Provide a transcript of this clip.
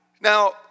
Now